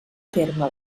terme